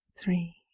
three